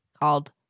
called